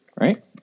Right